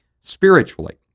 spiritually